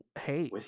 Hey